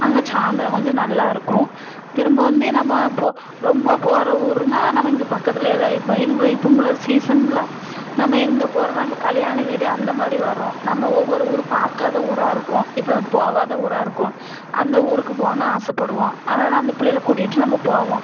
அங்கே சாய்ந்திரம் கொஞ்சம் நல்லா இருக்கும் திரும்ப வந்து நம்ம இப்போது ரொம்ப போகிற ஊருன்னா நம்ம இங்கே பக்கத்தில் ஏதாவது இப்போ இம்ப இப்போ ஃபுல்லாக சீசன் ஃபுல்லாக நம்ம எங்கே போகிறோன்னா இப்போ கல்யாண வீடு அந்த மாதிரி வரும் நம்ம ஒவ்வொரு ஊர் பார்க்காத ஊராக இருக்கும் இப்போ போகாத ஊராக இருக்கும் அந்த ஊருக்கு போகணுன்னு ஆசைப்படுவோம் அதனால் அந்த பிள்ளைவோல கூட்டிட்டு நம்ம போவோம்